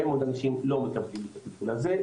מאוד אנשים לא מקבלים את הטיפול הזה,